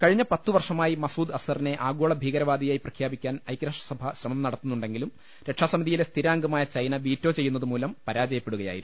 കഴിഞ്ഞ പത്തു വർഷമായി മസൂദ് അസ്ഹറിനെ ആഗോള ഭീകരവാദിയായി പ്രഖ്യാപിക്കാൻ ഐക്യരാഷ്ട്രസഭ ശ്രമം നടത്തു ന്നുണ്ടെങ്കിലും ർക്ഷാസമിതിയിലെ സ്ഥിരാംഗമായ ചൈന വീറ്റോ ചെയ്യുന്നതു മൂലം പരാജയപ്പെടുകയായിരുന്നു